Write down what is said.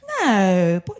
No